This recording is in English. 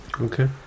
Okay